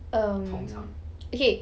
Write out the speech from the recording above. um okay